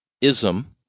ism